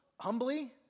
humbly